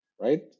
Right